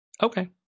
Okay